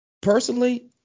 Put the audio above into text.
personally